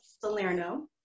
Salerno